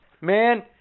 man